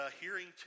hearing